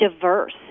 diverse